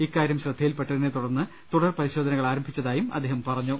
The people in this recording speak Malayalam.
ഇക്കാര്യം ശ്രദ്ധയിൽപ്പെട്ട തിനെ തുടർന്ന് തുടർപരിശോധനകൾ ആരംഭിച്ചതായും അദ്ദേഹം പറഞ്ഞു